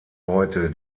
heute